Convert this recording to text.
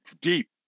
deep